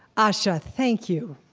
asha, thank you.